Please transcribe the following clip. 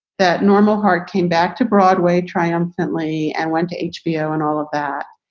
that normal heart came back to broadway triumphantly and went to hbo and all of that.